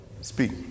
speak